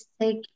take